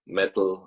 metal